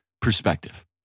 perspective